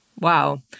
Wow